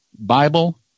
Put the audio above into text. Bible